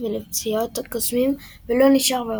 ולפציעות קוסמים ולא נשאר בהוגוורטס.